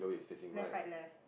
left right left